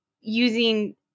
using